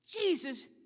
Jesus